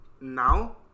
now